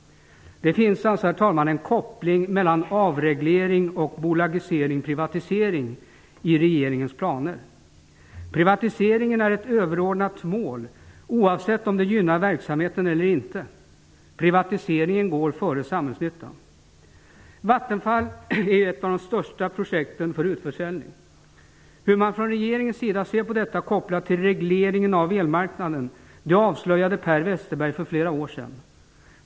Det finns alltså en koppling mellan avreglering och bolagisering-privatisering i regeringens planer. Privatiseringen är ett överordnat mål oavsett om det gynnar verksamheten eller inte. Privatiseringen går före samhällsnyttan. Vattenfall är ett av de största projekten för utförsäljning. Hur regeringen ser på detta kopplat till reglering av elmarknaden avslöjade Per Westerberg för flera år sedan.